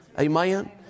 Amen